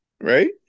right